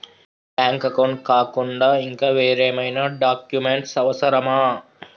Bank account కాకుండా ఇంకా వేరే ఏమైనా డాక్యుమెంట్స్ అవసరమా?